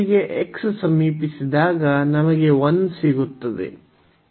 ಗೆ x ಸಮೀಪಿಸಿದಾಗ ನಮಗೆ 1 ಸಿಗುತ್ತದೆ